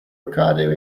ricardo